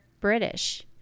British